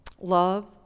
Love